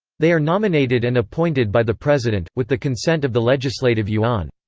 they are nominated and appointed by the president, with the consent of the legislative yuan.